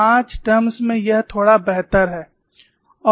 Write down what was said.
पांच टर्म्स में यह थोड़ा बेहतर है